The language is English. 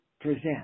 present